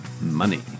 Money